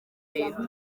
leta